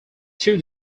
two